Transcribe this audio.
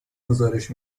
گزارش